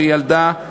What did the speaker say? שילדה.